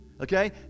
okay